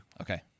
Okay